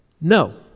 No